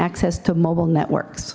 access to mobile networks